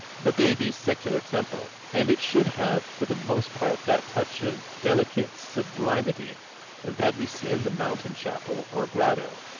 the baby's secular temple, and it should have for the most part that touch of delicate sublimity that we see in the mountain chapel or grotto,